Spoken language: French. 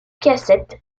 cassette